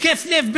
התקף לב,